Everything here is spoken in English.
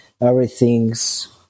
everything's